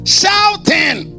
shouting